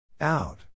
Out